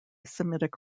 semitic